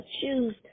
choose